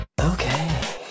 Okay